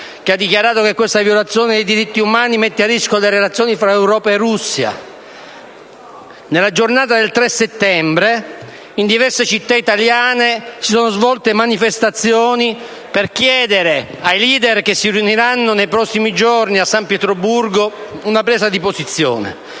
che ha dichiarato che questa violazione dei diritti umani mette a rischio le relazioni tra Europa e Russia. Nella giornata del 3 settembre in diverse città italiane si sono svolte manifestazioni per chiedere una presa di posizione ai *leader* che si riuniranno nei prossimi giorni a San Pietroburgo. Il 5 e 6 settembre,